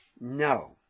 no